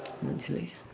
बुझलियै